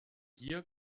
hier